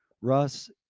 Russ